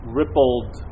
rippled